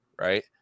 right